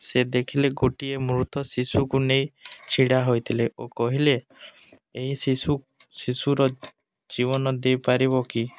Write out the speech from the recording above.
ସେ ଦେଖିଲେ ଗୋଟିଏ ମୃତ ଶିଶୁକୁ ନେଇ ଛିଡ଼ା ହୋଇଥିଲେ ଓ କହିଲେ ଏହି ଶିଶୁ ଶିଶୁର ଜୀବନ ଦେଇପାରିବ କି